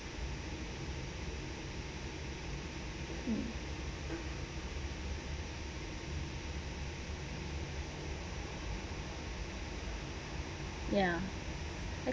mm ya